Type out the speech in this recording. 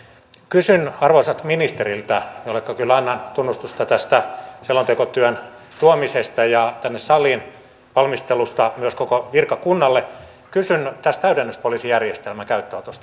kysyn arvoisalta ministeriltä jolle kyllä annan tunnustusta tästä selontekotyön tuomisesta tänne saliin valmistelusta myös koko virkakunnalle tästä täydennyspoliisijärjestelmän käyttöönotosta